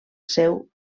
seu